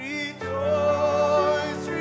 Rejoice